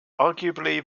arguably